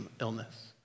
illness